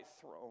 throne